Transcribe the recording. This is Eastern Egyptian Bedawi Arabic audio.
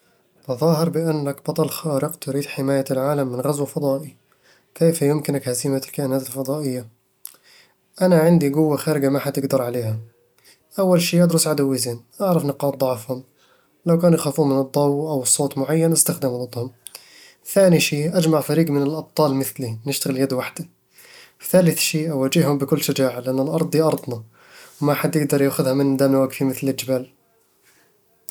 تظاهر بأنك بطل خارق تريد حماية العالم من غزو فضائي. كيف يمكنك هزيمة الكائنات الفضائية؟ أنا عندي قوة خارقة ما حد يقدر عليها أول شيء أدرس عدوّي زين، أعرف نقاط ضعفهم، لو كانوا يخافون من الضوء أو صوت معين، أستخدمه ضدهم ثاني شي، أجمع فريق من الأبطال مثلي، نشتغل يد وحدة وثالث شي أواجههم بكل شجاعة، لأن الأرض دي أرضنا، وما في حد يقدر ياخذها منا دامنا واقفين مثل الجبال